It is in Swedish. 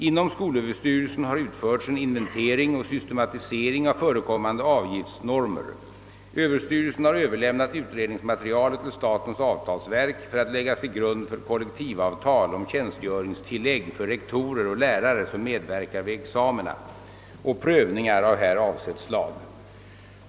Inom skolöverstyrelsen har utförts en inventering och systematisering av förekommande avgiftsnormer. Överstyrelsen har överlämnat utredningsmaterialet till statens avtalsverk för att läggas till grund för kollektivavtal om tjänstgöringstillägg för rektorer och lärare som medverkar vid examina och prövningar av här avsett slag.